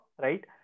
right